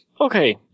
Okay